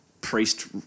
priest